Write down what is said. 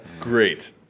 Great